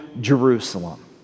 Jerusalem